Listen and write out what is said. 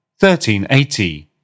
1380